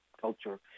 culture